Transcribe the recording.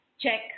Check